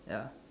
ya